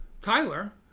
Tyler